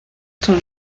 ton